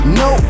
no